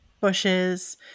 bushes